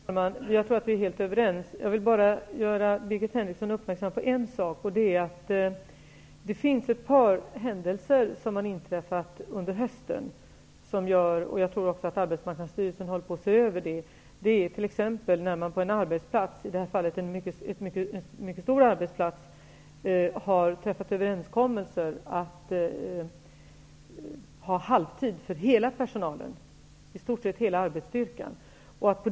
Herr talman! Jag tror att vi är helt överens. Jag vill bara göra Birgit Henriksson uppmärksam på en sak. Ett par händelser har inträffat under hösten. Jag tror att Arbetsmarknadsstyrelsen håller på att se över detta. På en arbetsplats -- i det här fallet en mycket stor arbetsplats -- har man t.ex. träffat överenskommelser om att införa halvtid för i stort sett hela arbetsstyrkan.